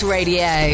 Radio